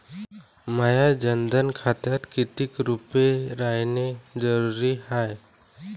माह्या जनधन खात्यात कितीक रूपे रायने जरुरी हाय?